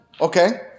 okay